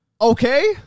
Okay